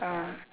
ah